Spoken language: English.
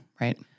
Right